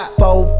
four